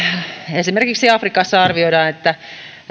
esimerkiksi afrikassa arvioidaan että